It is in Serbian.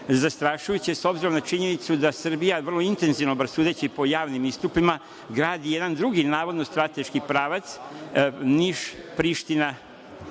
zastrašujuće s obzirom na činjenicu da Srbija vrlo intenzivno, bar sudeći po javnim istupima, gradi jedan drugi navodno strateški pravac Niš–Priština,